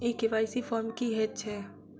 ई KYC form की हएत छै?